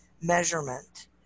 measurement